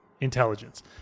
intelligence